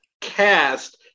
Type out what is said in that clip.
cast